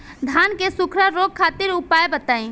धान के सुखड़ा रोग खातिर उपाय बताई?